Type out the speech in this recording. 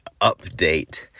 update